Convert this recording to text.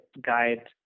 guide